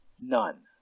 None